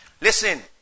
Listen